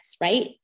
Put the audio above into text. right